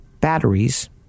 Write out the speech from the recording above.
batteries